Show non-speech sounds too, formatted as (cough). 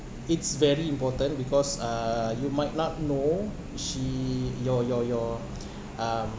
it's very important because uh you might not know she your your your (breath) um